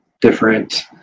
different